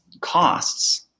costs